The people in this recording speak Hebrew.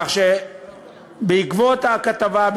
כך שבעקבות הכתבה,